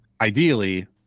ideally